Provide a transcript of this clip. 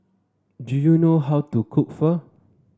do you know how to cook Pho